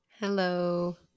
Hello